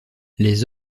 les